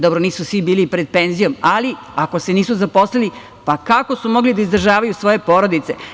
Dobro, nisu svi bili pred penzijom, ali ako se nisu zaposlili, pa kako su mogli da izdržavaju svoje porodice?